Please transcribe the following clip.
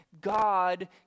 God